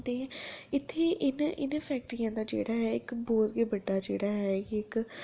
ते इत्थै इ'नें इ'नें फैक्टरियें दा जेह्ड़ा ऐ इक बहुत गै बड्डा जेह्ड़ा ऐ इक